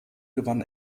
gewann